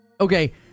Okay